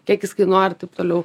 kiek jis kainuoja ir taip toliau